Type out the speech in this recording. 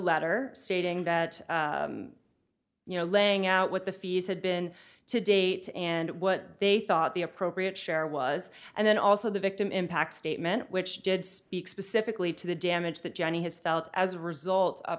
letter stating that you know laying out what the fees had been to date and what they thought the appropriate share was and then also the victim impact statement which did speak specifically to the damage that jenny has felt as a result of